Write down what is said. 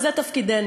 זה תפקידנו.